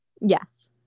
Yes